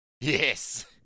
Yes